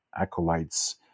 acolytes